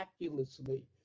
miraculously